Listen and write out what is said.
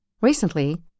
Recently